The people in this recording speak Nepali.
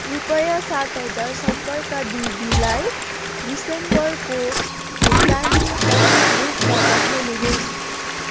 रुपैयाँ सात हजार सम्पर्क दिदीलाई डिसेम्बरको भुक्तानीका रूपमा पठाउनुहोस्